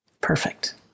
Perfect